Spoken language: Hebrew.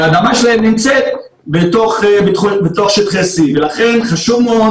כשהאדמה שלהם נמצאת בתוך שטחי C. ולכן חשוב מאוד